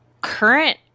current